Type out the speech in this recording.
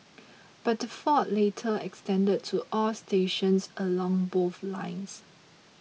but the fault later extended to all stations along both lines